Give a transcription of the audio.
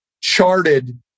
charted